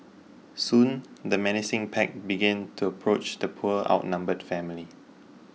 soon the menacing pack began to approach the poor outnumbered family